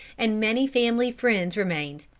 and many family friends remained.